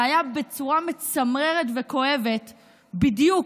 זה היה בצורה מצמררת וכואבת בדיוק,